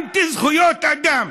אנטי-זכויות אדם.